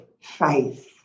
faith